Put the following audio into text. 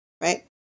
right